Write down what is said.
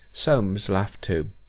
solmes laughed too.